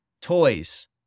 Toys